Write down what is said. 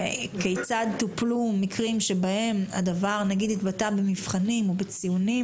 כיצד טופלו מקרים שבהם הדבר התבטא במבחנים או בציונים,